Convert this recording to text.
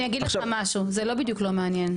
אני אגיד לך משהו זה לא בדיוק לא מעניין,